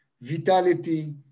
vitality